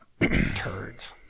Turds